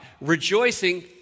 Rejoicing